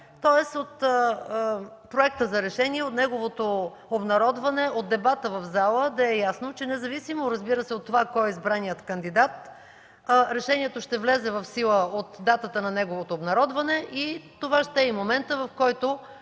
Тоест от Проекта за решение, от неговото обнародване, от дебата в залата да е ясно, че независимо, разбира се, от това кой е избраният кандидат, решението ще влезе в сила от датата на неговото обнародване и това ще е моментът, в който